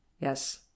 Yes